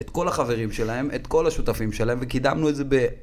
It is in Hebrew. את כל החברים שלהם, את כל השותפים שלהם, וקידמנו את זה ב...